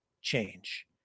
change